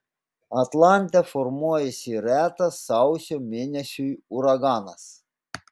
atlante formuojasi retas sausio mėnesiui uraganas